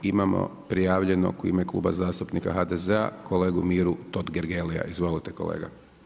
Imamo prijavljenog u ime Kluba zastupnika HDZ-a kolegu Miru Totgergelija, izvolite kolega.